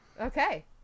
Okay